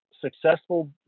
successful